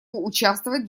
участвовать